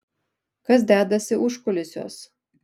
kas dedasi užkulisiuos